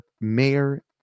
mayor